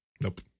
Nope